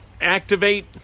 activate